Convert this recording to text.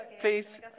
Please